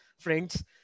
friends